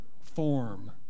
form